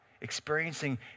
experiencing